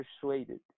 persuaded